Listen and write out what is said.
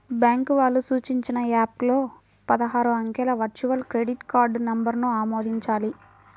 bank వాళ్ళు సూచించిన app లో పదహారు అంకెల వర్చువల్ క్రెడిట్ కార్డ్ నంబర్ను ఆమోదించాలి